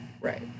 Right